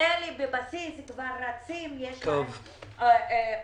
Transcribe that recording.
אלה שבבסיס כבר רצים, יש להם תקנים,